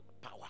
power